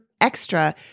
extra